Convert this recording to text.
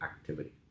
activity